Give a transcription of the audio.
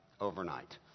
overnight